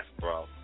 bro